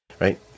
right